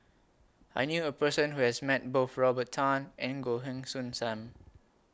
I knew A Person Who has Met Both Robert Tan and Goh Heng Soon SAM